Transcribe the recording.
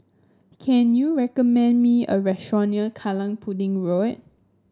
can you recommend me a restaurant near Kallang Pudding Road